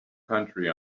country